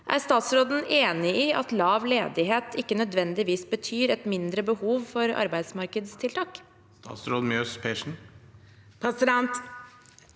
Er statsråden enig i at lav ledighet ikke nødvendigvis betyr et mindre behov for arbeidsmarkedstiltak?